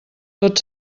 tot